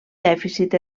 dèficit